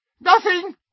Nothing